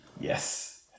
Yes